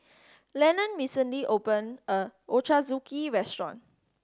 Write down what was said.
Lenon recently opened a new Ochazuke restaurant